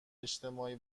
اجتماعی